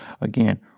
Again